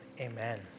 Amen